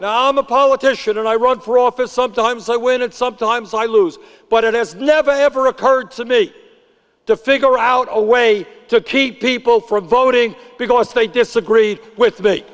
now i'm a politician and i run for office sometimes i win and sometimes i lose but it has never ever occurred to me to figure out a way to keep people from voting because they disagree with me